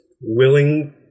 willing